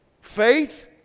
faith